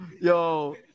yo